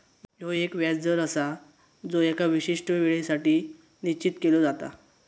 ह्यो एक व्याज दर आसा जो एका विशिष्ट येळेसाठी निश्चित केलो जाता